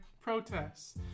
protests